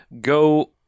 go